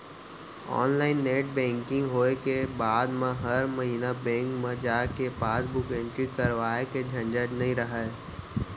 online net banking होय के बाद म हर महिना बेंक म जाके पासबुक एंटरी करवाए के झंझट नइ रहय